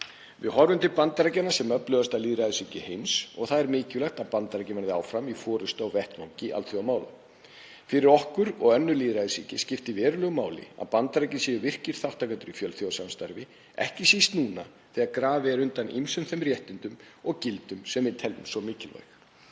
Við horfum til Bandaríkjanna sem öflugasta lýðræðisríkis heims og það er mikilvægt að Bandaríkin verði áfram í forystu á vettvangi alþjóðamála. Fyrir okkur og önnur lýðræðisríki skiptir verulegu máli að Bandaríkin séu virkir þátttakendur í fjölþjóðasamstarfi, ekki síst núna þegar grafið er undan ýmsum þeim réttindum og gildum sem við teljum svo mikilvæg.